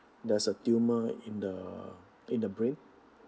there's a tumor in the in the brain